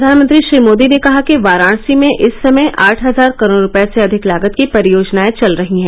प्रधानमंत्री श्री मोदी ने कहा कि वाराणसी में इस समय आठ हजार करोड़ रुपये से अधिक लागत की परियोजनाए चल रही हैं